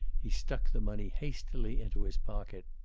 he stuck the money hastily into his pocket.